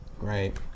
Right